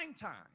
time